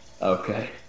Okay